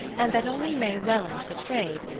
and that only may welland betrayed,